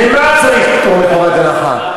לְמה צריך פטור מחובת הנחה?